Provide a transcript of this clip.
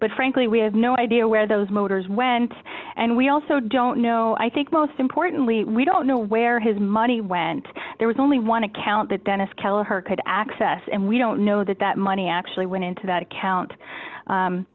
but frankly we have no idea where those motors went and we also don't know i think most importantly we don't know where his money went there was only one account that dennis kelleher could access and we don't know that that money actually went into that account